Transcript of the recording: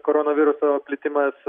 koronaviruso plitimas